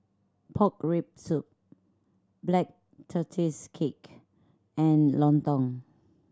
pork rib soup Black Tortoise Cake and lontong